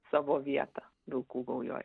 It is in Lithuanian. savo vietą vilkų gaujoj